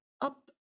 up